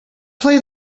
play